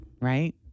right